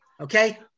Okay